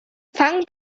fang